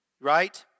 Right